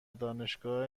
دانشگاه